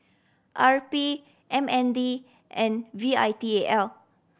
R P M N D and V I T A L